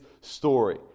story